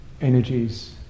energies